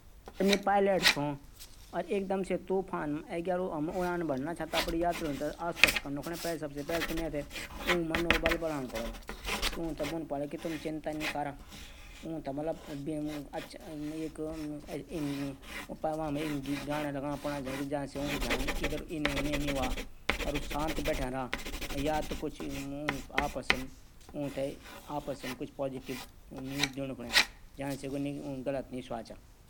अगर मैंमू खालि पाँच मिनट छिन् अर् वे पाँच मिनट माँ मैंन अफू ते सरल खाँणों बणोंण चि त् सबसे पेलि मैं अगर बणोंण चोलु त् मैं बणोंलु सैंडविच जैमा ब्रेड ,थोड़ा ब्रेड ढाली के, पनीर, बटर या चीज़ फेले के वेते आराम से बणें सकदु चु। वेका अलावा फल और योगर्ट जो व्हनु च् मैं वेते भी खे सकदू। ओट्स व्हंदा छिन मैं वेते बँणें के खे सकदु छूँ। वेका अलावा मैं आॅमलेट भी बँणे सकदु छूँ।